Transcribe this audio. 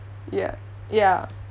ya ya